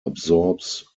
absorbs